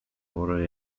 vore